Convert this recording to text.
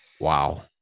Wow